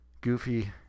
Goofy